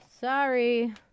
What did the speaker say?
sorry